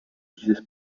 dieses